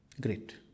Great